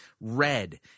red